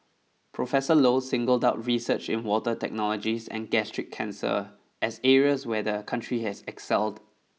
Professor Low singled out research in water technologies and gastric cancer as areas where the country has excelled